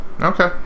Okay